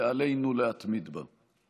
ועלינו להתמיד בה.